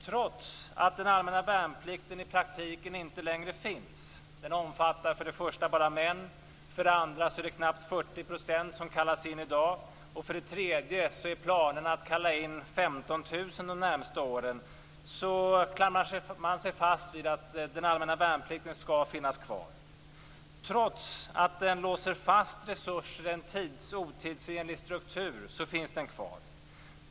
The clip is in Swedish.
Trots att den allmänna värnplikten i praktiken inte längre finns - för det första omfattar den bara män, för det andra är det för närvarande knappt 40 % som kallas in och för det tredje planeras under de närmaste åren att bara 15 000 skall kallas in - klamrar man sig fast vid att den allmänna värnplikten skall finnas kvar. Trots att den låser fast resurser i en otidsenlig struktur, finns den kvar.